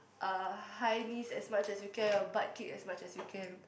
uh high knees as much as you can or butt kick as much as you can